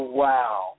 wow